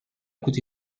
coûté